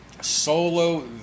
Solo